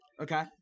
Okay